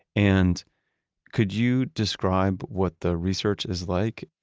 and could you describe what the research is like?